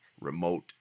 remote